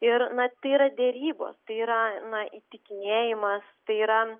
ir na tai yra derybos tai yra na įtikinėjimas tai yra